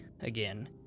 again